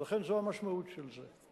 ולכן זאת המשמעות של זה.